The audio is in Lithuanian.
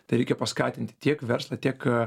tereikia paskatinti tiek verslą tiek